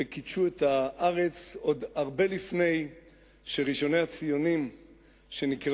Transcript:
וקידשו את הארץ עוד הרבה לפני שראשוני הציונים שנקראים